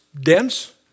dense